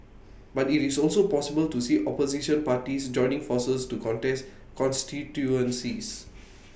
but IT is also possible to see opposition parties joining forces to contest constituencies